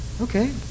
Okay